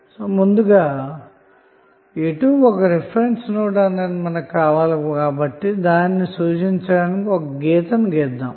కాబట్టి ముందుగా ఒక రిఫరెన్స్ నోడ్ కావాలి కాబట్టి దానిని సూచించడానికి ఒక గీతను గీద్దాము